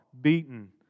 beaten